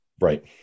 Right